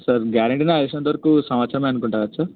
sir guarantee నాకు తెలిసినంతవరకు సంవత్సరం అనుకుంటాను కదా సార్